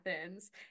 Athens